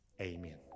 amen